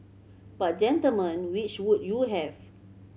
but gentlemen which would you have